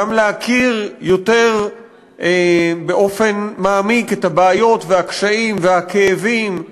גם להכיר באופן יותר מעמיק את הבעיות והקשיים והכאבים,